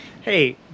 Hey